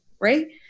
Right